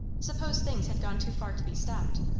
suppose things had gone too far to be stopped?